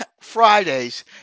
Fridays